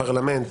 הפרלמנט